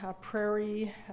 prairie